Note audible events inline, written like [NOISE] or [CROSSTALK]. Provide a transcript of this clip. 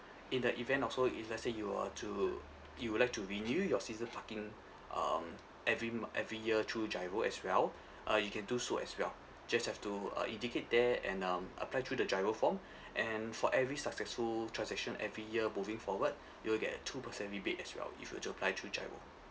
in the event also if let's say you were to you would like to renew your season parking um every mo~ every year through GIRO as well uh you can do so as well just have to uh indicate there and um apply through the GIRO form [BREATH] and for every successful transaction every year moving forward you'll get a two percent rebate as well if you were to apply through GIRO